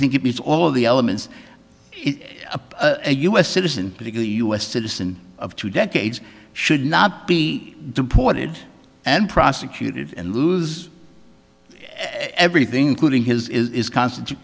think it meets all of the elements a u s citizen particularly u s citizen of two decades should not be deported and prosecuted and lose everything including his is constant